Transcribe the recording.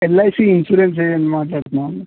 LIC insurance agent మాట్లాడుతున్నామండి